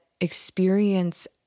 experience